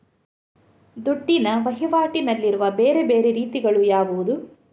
ದುಡ್ಡಿನ ವಹಿವಾಟಿನಲ್ಲಿರುವ ಬೇರೆ ಬೇರೆ ರೀತಿಗಳು ಯಾವುದು?